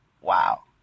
wow